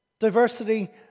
diversity